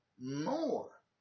more